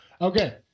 Okay